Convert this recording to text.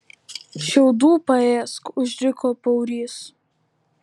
šiaudų paėsk užriko paurys